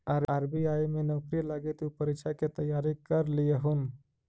RBI में नौकरी लागी तु परीक्षा के तैयारी कर लियहून